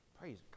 Praise